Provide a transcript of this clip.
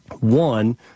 one